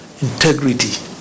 integrity